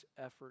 effort